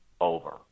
over